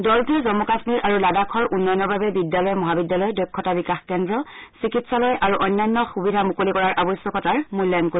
দলটোৱে জম্মু কাশ্মীৰ আৰু লাডাখৰ উন্নয়নৰ বাবে বিদ্যালয় মহাবিদ্যালয় দক্ষতা বিকাশ কেন্দ্ৰ চিকিৎসালয় আৰু অন্যান্য সুবিধা মুকলি কৰাৰ আৱশ্যকতাৰ মূল্যায়ণ কৰিব